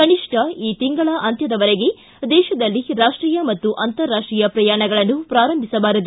ಕನಿಷ್ಠ ಈ ತಿಂಗಳ ಅಂತ್ಯದವರೆಗೆ ದೇಶದಲ್ಲಿ ರಾಷ್ಟೀಯ ಮತ್ತು ಅಂತಾರಾಷ್ಟೀಯ ಪ್ರಯಾಣಗಳನ್ನು ಪೂರಂಭಿಸಬಾರದು